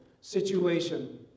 situation